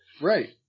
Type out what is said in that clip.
Right